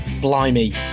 Blimey